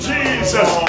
Jesus